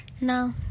No